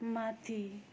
माथि